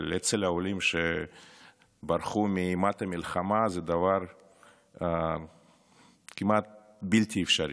אבל אצל העולים שברחו מאימת המלחמה זה דבר כמעט בלתי אפשרי.